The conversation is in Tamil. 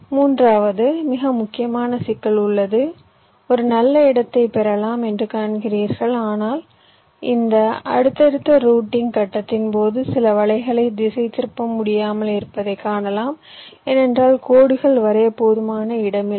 மூன்றாவது மிக முக்கியமான சிக்கல் உள்ளது ஒரு நல்ல இடத்தைப் பெறலாம் என்று காண்கிறீர்கள் ஆனால் இந்த அடுத்தடுத்த ரூட்டிங் கட்டத்தின் போது சில வலைகளை திசைதிருப்ப முடியாமல் இருப்பதைக் காணலாம் ஏனென்றால் கோடுகள் வரைய போதுமான இடம் இல்லை